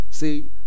See